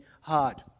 hard